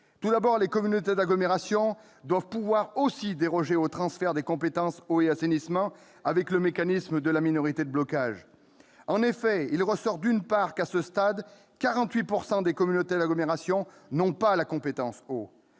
Tout d'abord, les communautés d'agglomération doivent pouvoir aussi déroger au transfert des compétences « eau » et « assainissement », avec le mécanisme de la minorité de blocage. En effet, d'une part, à ce stade, 48 % des communautés d'agglomération n'ont pas la compétence « eau